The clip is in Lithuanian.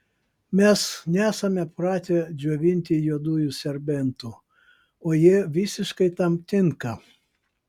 mes nesame pratę džiovinti juodųjų serbentų o jie visiškai tam tinka